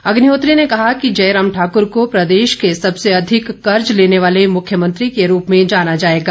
अग्निहोत्री ने कहा कि जयराम ठाकर को प्रदेश के सबसे अधिक कर्ज लेने वाले मुख्यमंत्री के रूप में जाना जाएगा